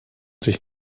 sich